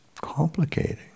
complicating